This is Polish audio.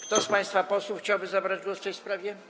Kto z państwa posłów chciałbym zabrać głos w tej sprawie?